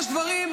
יש דברים,